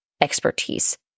expertise